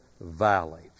Valley